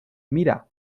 mira